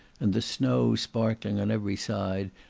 and the snow sparkling on every side,